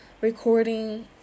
recording